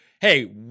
Hey